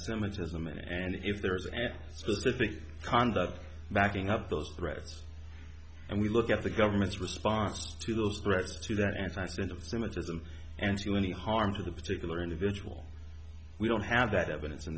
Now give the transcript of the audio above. semitism and if there is any specific conduct backing up those threats and we look at the government's response to those threats to that antisense of similar system and to any harm to the particular individual we don't have that evidence in